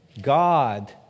God